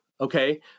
okay